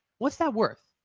what's that word?